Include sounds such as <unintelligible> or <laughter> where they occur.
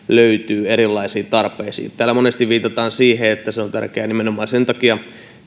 <unintelligible> löytyy erilaisiin tarpeisiin täällä monesti viitataan siihen että se on tärkeää nimenomaan sen takia